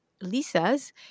Lisa's